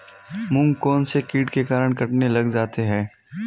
मूंग कौनसे कीट के कारण कटने लग जाते हैं?